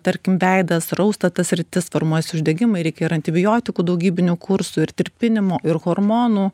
tarkim veidas rausta ta sritis formuojasi uždegimai reikia ir antibiotikų daugybinių kursų ir tirpinimo ir hormonų